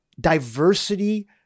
diversity